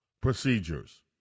procedures